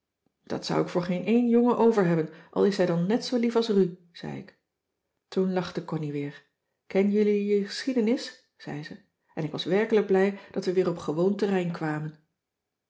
dat zou ik voor geen een jongen overhebben al is hij dan net zoo lief als ru zei ik toen lachte connie weer ken jullie je geschiedenis zei ze en ik was werkelijk blij dat we weer op gewoon terrein kwamen